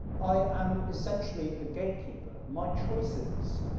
i am essentially a gatekeeper, my choices,